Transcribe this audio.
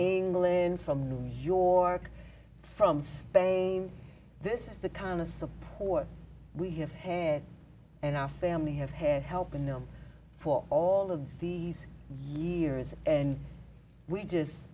in from new york from spain this is the kind of support we have head and our family have had helping them for all of these years and we just